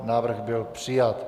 Návrh byl přijat.